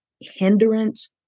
hindrance